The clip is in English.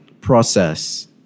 process